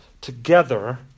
together